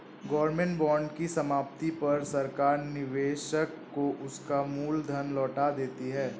government bond की समाप्ति पर सरकार निवेशक को उसका मूल धन लौटा देती है